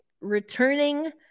returning